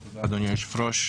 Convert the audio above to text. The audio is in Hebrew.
תודה, אדוני היושב-ראש.